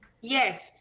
Yes